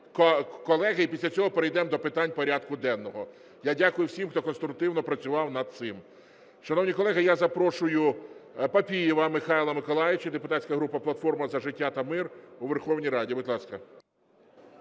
І після цього перейдемо до питань порядку денного. Я дякую всім, хто конструктивно працював над цим. Шановні колеги, я запрошую Папієва Михайла Миколайовича, депутатська група "Платформа за життя та мир" у Верховній Раді. Будь ласка.